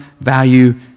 value